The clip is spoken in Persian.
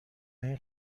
این